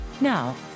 Now